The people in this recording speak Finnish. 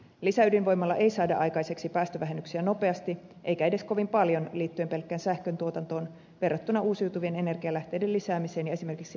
lisäydinvoimalla ei saada aikaiseksi päästövähennyksiä nopeasti eikä edes kovin paljon liittyen pelkkään sähköntuotantoon verrattuna uusiutuvien energialähteiden lisäämiseen ja esimerkiksi energiantehokkuustoimenpiteisiin